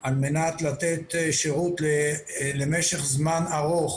כדי לתת שירות למשך זמן ארוך